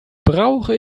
brauche